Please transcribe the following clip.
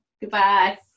goodbye